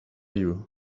you